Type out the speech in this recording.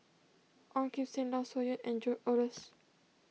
Ong Kim Seng Loh Sin Yun and George Oehlers